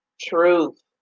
Truth